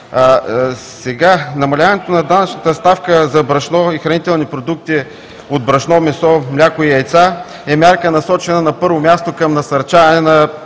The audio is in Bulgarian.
Намаляването на данъчната ставка за брашно и хранителни продукти от брашно, месо, мляко и яйца е мярка, насочена, на първо място, към насърчаване на